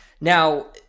Now